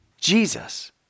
Jesus